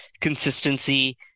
consistency